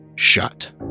shut